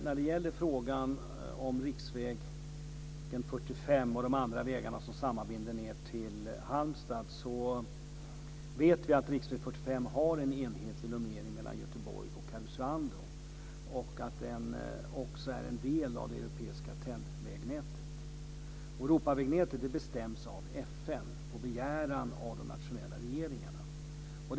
När det gäller frågan om riksväg 45 och de andra vägarna som är sammanbindande ned till Halmstad så vet vi att riksväg 45 har en enhetlig numrering mellan Göteborg och Karesuando. Den är också en del av det europeiska TEN-vägnätet. Europavägnätet bestäms av FN på begäran av de nationella regeringarna.